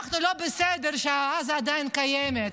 אנחנו לא בסדר שעזה עדיין קיימת,